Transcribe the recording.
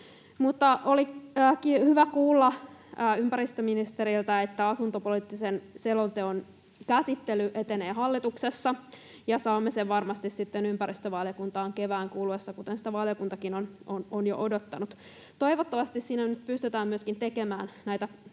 Oli hyvä kuulla ympäristöministeriltä, että asuntopoliittisen selonteon käsittely etenee hallituksessa. Saamme sen varmasti sitten ympäristövaliokuntaan kevään kuluessa. Sitä valiokuntakin on jo odottanut. Toivottavasti siinä nyt pystytään tekemään